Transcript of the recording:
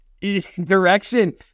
direction